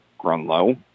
Grunlow